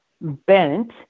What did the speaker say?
bent